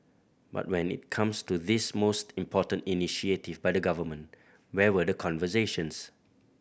but when it comes to this most important initiative by the Government where were the conversations